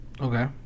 Okay